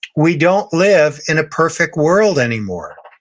we don't live in a perfect world anymore.